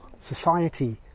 society